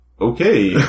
okay